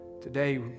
today